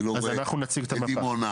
אני לא רואה את דימונה.